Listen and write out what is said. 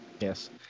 Yes